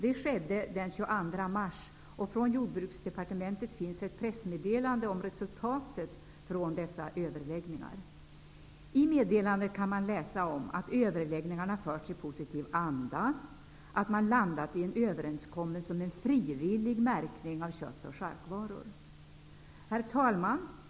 Det skedde den 22 mars, och från Jordbruksdepartementet finns ett pressmeddelande om resultatet av dessa överläggningar. I meddelandet kan man läsa att överläggningarna förts i positiv anda och att man landat i en överenskommelse om frivillig märkning av kött och charkvaror. Herr talman!